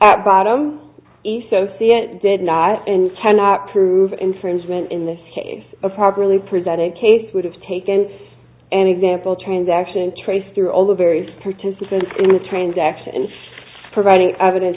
at bottom so c n n did not and cannot prove infringement in the case of properly presented case would have taken an example transaction trace through all the various participants in the transaction and providing evidence